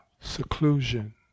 seclusion